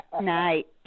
Night